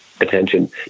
attention